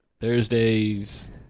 Thursdays